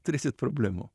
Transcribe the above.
turėsit problemų